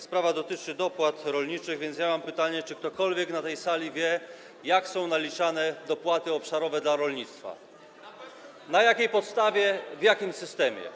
Sprawa dotyczy dopłat rolniczych, więc mam pytanie, czy ktokolwiek na tej sali wie, jak są naliczane dopłaty obszarowe dla rolnictwa, na jakiej podstawie, w jakim systemie.